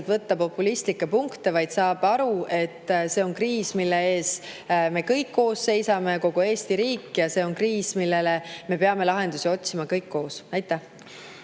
võtta populistlikke punkte, vaid saab aru, et see on kriis, millega me kõik koos [silmitsi] seisame, kogu Eesti riik, ja see on kriis, millele me peame lahendusi otsima kõik koos. Aitäh!